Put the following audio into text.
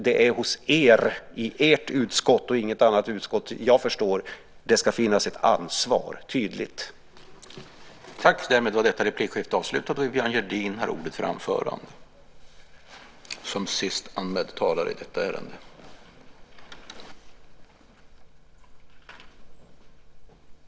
Det är hos er - i ert utskott och inget annat, vad jag förstår, som det ska finnas ett tydligt ansvar.